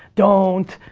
don't.